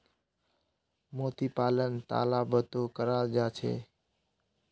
मोती पालन तालाबतो कराल जा छेक